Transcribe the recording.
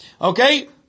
Okay